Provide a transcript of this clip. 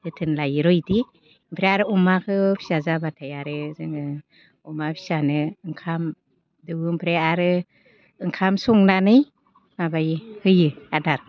जोथोन लायो र' बिदि ओमफ्राय आरो अमाखौ फिसा जाबाथाय आरो जोङो अमा फिसानो ओंखाम दौवो ओमफ्राय आरो ओंखाम संनानै माबायो होयो आदार